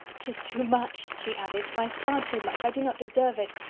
tis too much! she added, by far too much. i do not deserve it.